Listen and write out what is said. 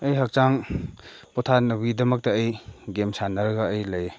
ꯑꯩ ꯍꯛꯆꯥꯡ ꯄꯣꯊꯥꯅꯕꯒꯤꯗꯃꯛꯇ ꯑꯩ ꯒꯦꯝ ꯁꯥꯟꯅꯔꯒ ꯑꯩ ꯂꯩ